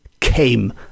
came